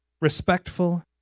respectful